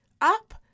up